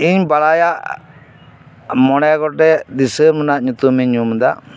ᱤᱧ ᱵᱟᱲᱟᱭᱟ ᱢᱚᱬᱮ ᱜᱚᱴᱮᱡ ᱫᱤᱥᱚᱢ ᱨᱮᱱᱟᱜ ᱧᱩᱛᱩᱢᱤᱧ ᱧᱩᱢ ᱮᱫᱟ